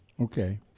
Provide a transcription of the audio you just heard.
Okay